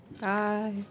Bye